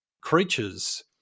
creatures